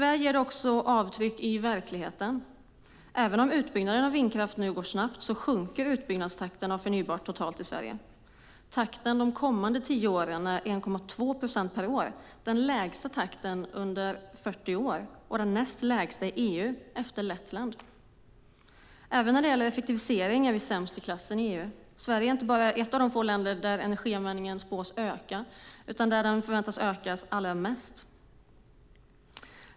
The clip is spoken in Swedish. Tyvärr ger detta avtryck i verkligheten. Även om utbyggnaden av vindkraft nu går snabbt sjunker utbyggnadstakten av förnybart totalt sett i Sverige. Takten de kommande tio åren ligger på 1,2 procent per år - den lägsta takten på 40 år och den näst lägsta i EU näst efter Lettland. Även när det gäller effektivisering är Sverige sämst i klassen i EU. Sverige är inte bara ett av de få länder där energianvändningen spås öka utan också det land där den väntas öka allra mest.